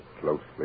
closely